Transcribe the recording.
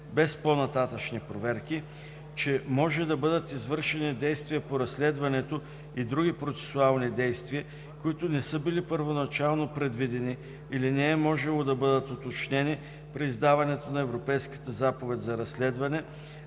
без по-нататъшни проверки, че може да бъдат извършени действия по разследването и други процесуални действия, които не са били първоначално предвидени или не е можело да бъдат уточнени при издаването на Европейската заповед за разследване,